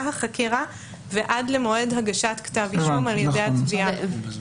החקירה ועד למועד הגשת כתב אישום על ידי התביעה.